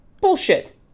Bullshit